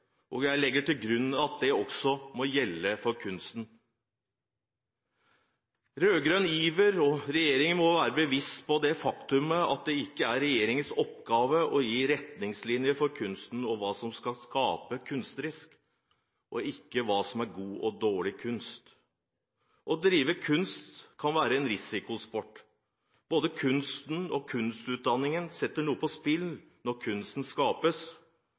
og jeg legger til grunn at dette også må gjelde for kunsten. Regjeringen må i sin rød-grønne iver være bevisst på det faktum at det ikke er regjeringens oppgave å gi retningslinjer for kunsten om hva som skal skapes kunstnerisk, heller ikke om hva som er god og dårlig kunst. Å drive kunst kan være en risikosport. Både kunsten og kunstutdanningen setter noe på spill når kunst skapes,